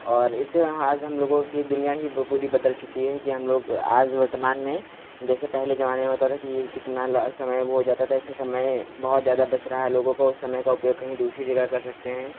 और इससे आज हम लोगों की दुनिया ही ब पूरी बदल चुकी है कि हम लोग आज वर्तमान में जैसे पहले जमाने में होता था कि यह कितना ल समय वह हो जाता था ऐसे समय बहुत ज़्यादा बच रहा है लोगों को समय का उपयोग कहीं दूसरी जगह कर सकते हैं